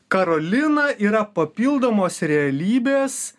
karolina yra papildomos realybės